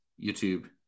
YouTube